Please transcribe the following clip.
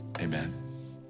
amen